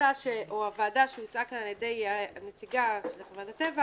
שהמועצה או הוועדה שהוצעה כאן על ידי הנציגה של החברה להגנת הטבע